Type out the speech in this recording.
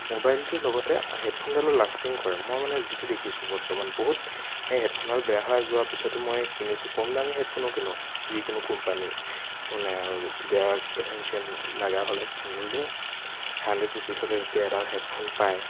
ম'বাইলটোৰ লগতে হেডফোনডালো লাষ্টিং কৰে মই মানে যিটো দেখিছোঁ বৰ্তমান বহুত হেডফোনডাল বেয়া হৈ যোৱাৰ পিছতো মই কিনিছোঁ কম দামী হেডফোনো কিনো যিকোনো কোম্পানীৰ মানে আৰু এতিয়া এছেনছিয়েল লাগা হ'লে হাণ্ড্ৰেড ৰুপিছতে যেতিয়া এডাল হেডফোন পায়